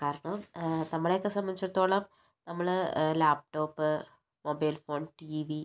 കാരണം നമ്മളെയൊക്കെ സംബന്ധിച്ചിടത്തോളം നമ്മള് ലാപ്ടോപ്പ് മൊബൈൽ ഫോൺ ടിവി